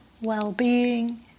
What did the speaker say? well-being